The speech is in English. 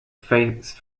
face